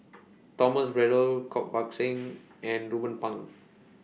Thomas Braddell Koh Buck Song and Ruben Pang